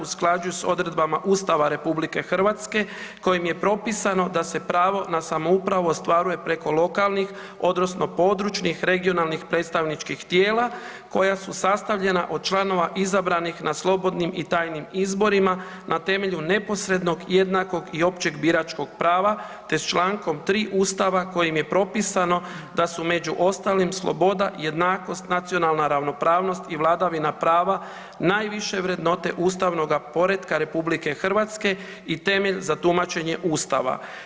Usklađuje sa odredbama Ustava Republike Hrvatske kojim je propisano da se pravo na samoupravu ostvaruje preko lokalnih odnosno područnih regionalnih predstavničkih tijela koja su sastavljena od članova izabranih na slobodnim i tajnim izborima na temelju neposrednog i jednakog i općeg biračkog prava te s člankom 3. Ustava kojim je propisano da su među ostalim sloboda, jednakost, nacionalna ravnopravnost i vladavina prava najviše vrednote ustavnoga poretka Republike Hrvatske i temelj za tumačenje Ustava.